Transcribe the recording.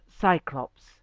Cyclops